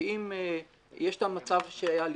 כי אם יש את המצב שהיה לפני,